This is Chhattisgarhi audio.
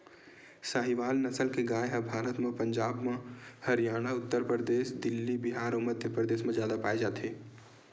साहीवाल नसल के गाय ह भारत म पंजाब, हरयाना, उत्तर परदेस, दिल्ली, बिहार अउ मध्यपरदेस म जादा पाए जाथे